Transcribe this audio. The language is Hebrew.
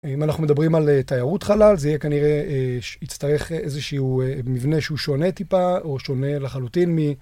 אם אנחנו מדברים על תיירות חלל זה יהיה כנראה יצטרך איזשהו מבנה שהוא שונה טיפה או שונה לחלוטין מ...